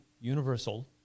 universal